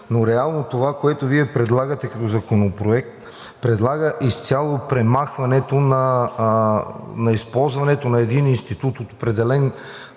но реално това, което Вие предлагате като Законопроект, предлага изцяло премахването на използването на един институт от определен